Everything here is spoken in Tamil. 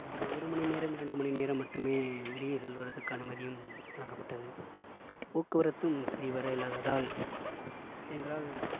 ஒரு ஒரு மணி நேரம் இரண்டு மணி நேரம் மட்டுமே வெளியே செல்வரத்துக்கு அனுமதியும் வழங்கப்பட்டது போக்குவரத்தும் சரிவர இல்லாததால் எங்களால்